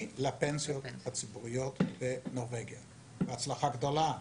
לפנסיות הציבוריות בנורבגיה בהצלחה גדולה.